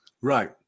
Right